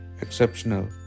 exceptional